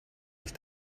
ich